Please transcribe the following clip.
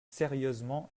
sérieusement